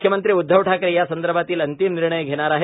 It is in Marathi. मुख्यमंत्री उद्धव ठाकरे यासंदर्भातील अंतिम निर्णय घेणार आहेत